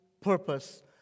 purpose